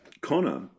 Connor